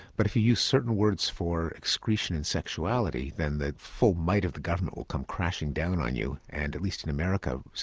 but if you use certain words for excretion and sexuality then the full might of the government will come crashing down on you. and at least in america,